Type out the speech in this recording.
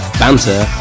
banter